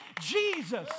Jesus